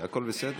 הכול בסדר?